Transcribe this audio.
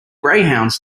greyhounds